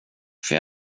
för